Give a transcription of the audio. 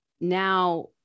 now